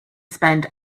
spend